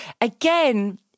Again